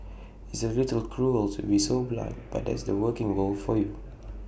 it's A little cruel to be so blunt but that's the working world for you